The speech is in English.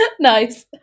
Nice